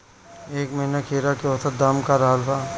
एह महीना खीरा के औसत दाम का रहल बा?